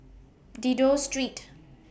Dido Street